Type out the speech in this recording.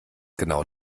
genau